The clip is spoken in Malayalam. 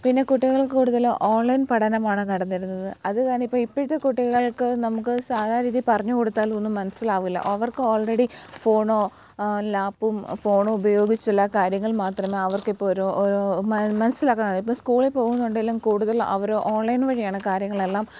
പിന്നെ കുട്ടികൾ കൂടുതലും ഓൺലൈൻ പഠനമാണ് നടന്നിരുന്നത് അത് കാരണം ഇപ്പോൾ ഇപ്പോഴത്തെ കുട്ടികൾക്ക് നമുക്ക് സാദാ രീതിയിൽ പറഞ്ഞ് കൊടുത്താലുവൊന്നും മനസ്സിലാവില്ല അവർക്കോൾറെഡി ഫോണൊ ലാപ്പും ഫോണു ഉപയോഗിച്ചുള്ള കാര്യങ്ങൾ മാത്രമേ അവർക്കിപ്പോൾ ഒരു ഒരു മ മനസ്സിലാക്കാൻ കഴിയു ഇപ്പോൾ സ്കൂളിപ്പോകുന്നുണ്ടേലും കൂടുതൽ അവർ ഓൺലൈൻ വഴിയാണ് കാര്യങ്ങളെല്ലാം